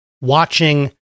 watching